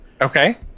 Okay